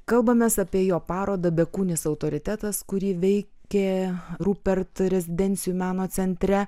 kalbamės apie jo parodą bekūnis autoritetas kuri veikė rupert rezidencijų meno centre